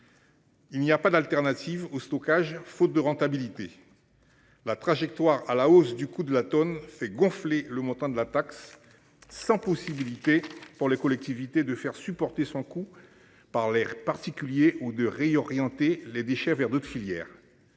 Il n'y a pas d'alternative au stockage, faute de rentabilité. La trajectoire à la hausse du coût de la tonne fait gonfler le montant de la taxe. Sans possibilité pour les collectivités de faire supporter son coût par l'air particulier ou de réorienter les déchets vers d'autres filières.